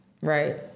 Right